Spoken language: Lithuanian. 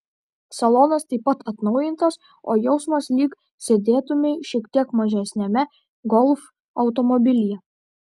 salonas taip pat atnaujintas o jausmas lyg sėdėtumei šiek tiek mažesniame golf automobilyje